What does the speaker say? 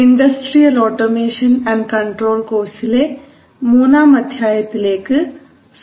industrial automation and control കോഴ്സിലെ മൂന്നാം അധ്യായത്തിലേക്ക് സ്വാഗതം